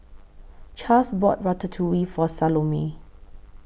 Chas bought Ratatouille For Salome